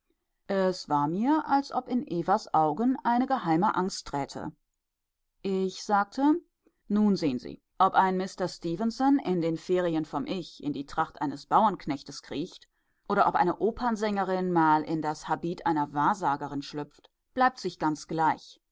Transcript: es war mir als ob in evas augen eine geheime angst träte ich sagte nun sehen sie ob ein mister stefenson in den ferien vom ich in die tracht eines bauernknechtes kriecht oder ob eine opernsängerin mal in das habit einer wahrsagerin schlüpft bleibt sich ganz gleich